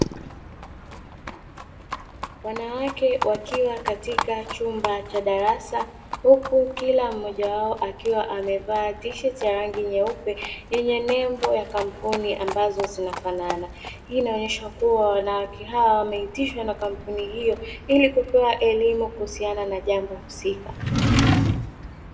Wanawake wakiwa katika chumba cha darasa huku kila mmoja wao akiwa amevaa tisheti ya rangi nyeupe yenye nembo ya kampuni ambazo zinafanana, hii inaonesha kuwa wanawake hawa wameitishwa na kampuni hiyo ili kupewa elimu kuhusiana na jambo husika.